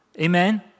Amen